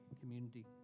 community